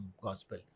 gospel